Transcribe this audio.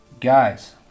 Guys